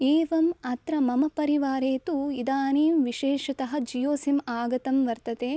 एवम् अत्र मम परिवारे तु इदानीं विशेषतः जियो सिम् आगतं वर्तते